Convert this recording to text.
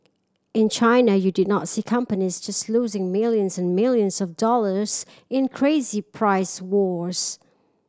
in China you did not see companies just losing millions and millions of dollars in crazy price wars